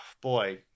boy